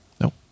no